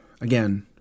Again